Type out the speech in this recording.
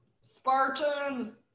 Spartan